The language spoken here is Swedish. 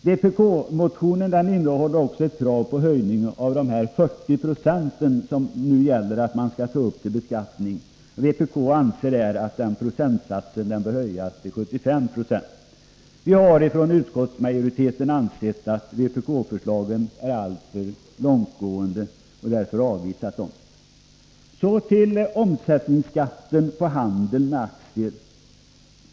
Vpk-motionen innehåller också krav på en höjning av de 40 960 som man enligt de regler som nu gäller skall ta upp till beskattning. Vpk anser att den procentsatsen bör höjas till 75 90. Utskottsmajoriteten har ansett att vpk-förslagen är alltför långtgående och har därför avvisat dem. Så till omsättningsskatten vid handel med aktier.